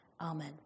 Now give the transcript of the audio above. Amen